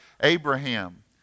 Abraham